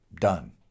done